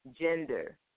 gender